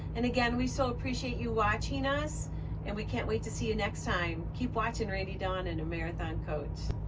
and again, we so appreciate you watching us and we can't wait to see you next time. keep watching randy dawn and a marathon coach.